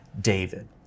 David